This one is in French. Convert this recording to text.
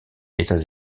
états